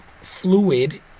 fluid